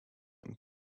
and